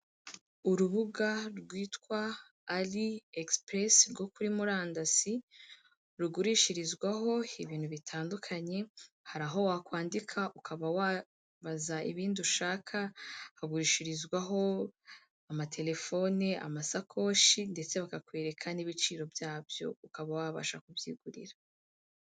Urubuga rwitwa AliExpress rwo kuri murandasi rugurishirizwaho ibintu bitandukanye, hari aho wakwandika ukaba wabaza ibindi ushaka, hagurishirizwaho amatelefone amasakoshi ndetse bakakwereka n'ibiciro byabyo ukaba wabasha kubyigurira.